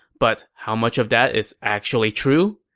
but how much of that is actually true?